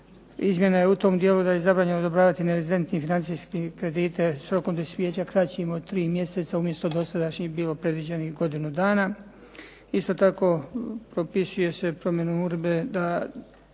Izmjena je u tom dijelu da je zabranjeno odobrava nerezidentne financijske kredite s rokom dospijeća kraćim od tri mjeseca umjesto dosadašnjih je bilo predviđeno godinu dana. Isto tako, propisuje se promjena uredbe da